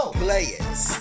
players